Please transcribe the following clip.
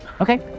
Okay